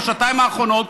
בשעתיים האחרונות,